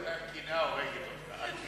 ואללה, הקנאה הורגת אותך.